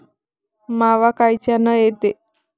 मावा कायच्यानं येते?